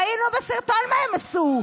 ראינו בסרטון מה הם עשו,